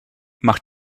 macht